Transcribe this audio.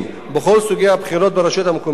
בכל סוגי הבחירות ברשויות המקומיות,